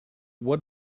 what